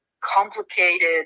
complicated